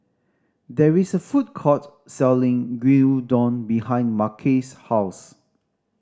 there is a food court selling Gyudon behind Marquez's house